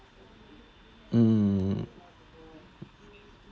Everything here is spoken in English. mm